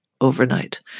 overnight